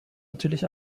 natürlich